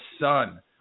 son